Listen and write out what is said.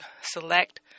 Select